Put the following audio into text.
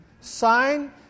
sign